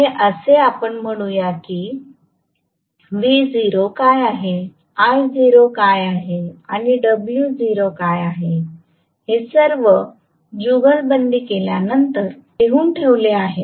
तर असे म्हणूया की व्ही 0 काय आहे आय 0 काय आहे आणि डब्ल्यू 0 काय आहे हे सर्व जुगलबंदी केल्यानंतर मी लिहून ठेवले आहे